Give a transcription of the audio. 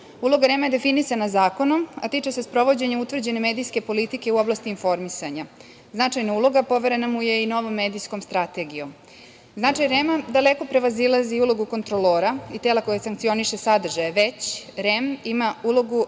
REM je definisana zakonom a tiče se sprovođenja utvrđene medijske politike u oblasti informisanja. Značajna uloga poverena mu je i novom medijskom strategijom. Značaj REM daleko prevazilazi ulogu kontrolora i tela koje sankcioniše sadržaje, već REM ima ulogu